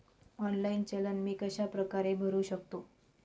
Online चलन मी कशाप्रकारे भरु शकतो?